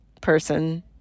person